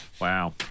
Wow